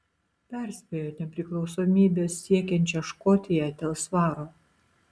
perspėjo nepriklausomybės siekiančią škotiją dėl svaro